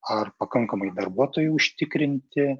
ar pakankamai darbuotojų užtikrinti